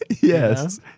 Yes